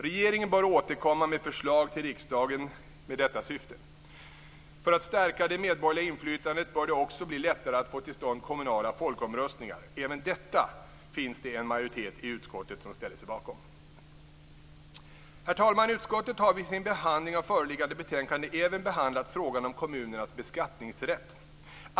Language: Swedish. Regeringen bör återkomma med förslag till riksdagen med detta syfte. För att stärka det medborgerliga inflytandet bör det också bli lättare att få till stånd kommunala folkomröstningar. Även detta finns det en majoritet i utskottet som ställer sig bakom. Herr talman! Utskottet har vid sin behandling av föreliggande betänkande även behandlat frågan om kommunernas beskattningsrätt.